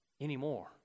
anymore